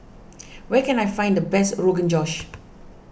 where can I find the best Rogan Josh